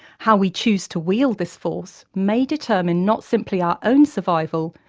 how we choose to wield this force may determine not simply our own survival,